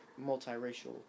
multiracial